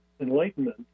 enlightenment